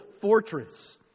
fortress